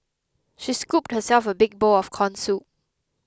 she scooped herself a big bowl of Corn Soup